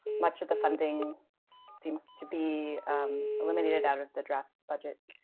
much of the funding seems to be eliminated out of the draft budget.